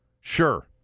Sure